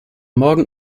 morgen